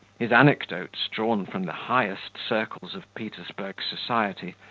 his anecdotes, drawn from the highest circles of petersburg society,